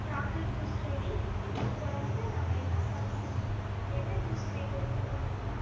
chocolate juice ready அப்புறம் வந்து நாங்கள் என்ன பண்ணுவோம்னா என்ன ஜூஸ் எங்கள் வீட்டில் பண்ணுவோம்னா